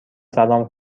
سلام